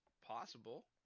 possible